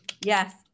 Yes